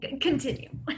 Continue